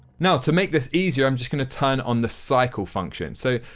now, to make this easier i'm just going to turn on the cycle functions. so,